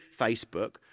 Facebook